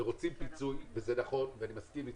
ורוצים פיצוי, זה נכון ואני מסכים אתך.